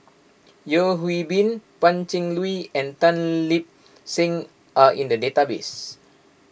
Yeo Hwee Bin Pan Cheng Lui and Tan Lip Seng are in the database